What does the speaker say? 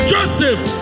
Joseph